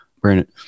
Brandon